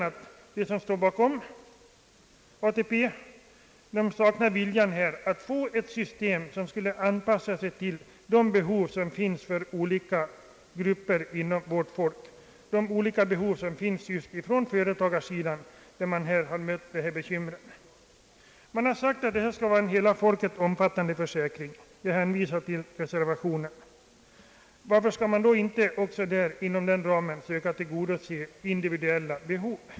Men de som står bakom ATP-systemet saknar vilja att införa ett system som anpassar sig till de behov som olika grupper inom vårt folk har och till de behov som framför allt finns på företagarsidan, där man har mött dessa bekymmer. Det har ju sagts att den allmänna försäkringen skulle vara en hela folket omfattande försäkring — som det också säges i reservationen. Varför skall man då inom denna ram inte söka tillgodose individuella behov?